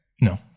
No